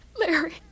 Larry